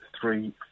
three